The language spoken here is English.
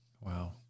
Wow